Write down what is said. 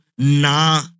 Na